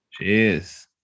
Cheers